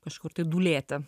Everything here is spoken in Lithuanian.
kažkur tai dūlėti